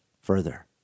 further